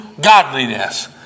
godliness